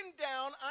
down